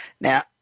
Now